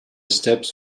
steps